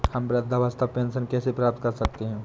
हम वृद्धावस्था पेंशन कैसे प्राप्त कर सकते हैं?